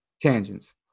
tangents